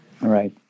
Right